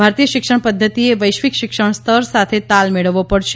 ભારતીય શિક્ષણ પધ્ધતિએ વૈશ્વિક શિક્ષણ સ્તર સાથે તાલ મેળવવો પડશે